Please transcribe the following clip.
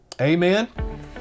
amen